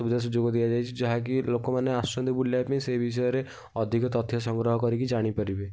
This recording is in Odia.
ସୁବିଧା ସୁଯୋଗ ଦିଆଯାଇଚି ଯାହାକି ଲୋକମାନେ ଆସୁଛନ୍ତି ବୁଲିବା ପାଇଁ ସେ ବିଷୟରେ ଅଧିକ ତଥ୍ୟ ସଂଗ୍ରହ କରିକି ଜାଣିପାରିବେ